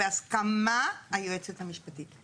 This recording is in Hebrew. בהסכמה של היועצת המשפטית.